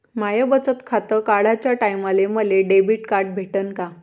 माय बचत खातं काढाच्या टायमाले मले डेबिट कार्ड भेटन का?